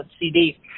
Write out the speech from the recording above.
CD